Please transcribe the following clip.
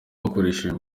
bakoresheje